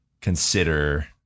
consider